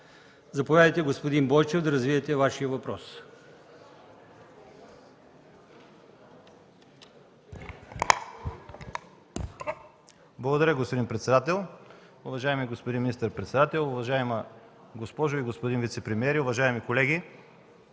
Заповядайте, господин Бойчев, да развиете Вашия въпрос.